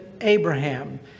Abraham